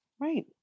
Right